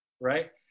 Right